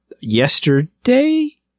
yesterday